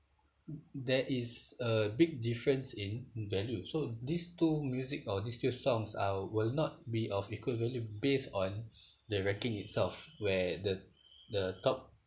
there is a big difference in value so these two music or these two songs are will not be of equal value based on the ranking itself where the the top